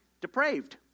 depraved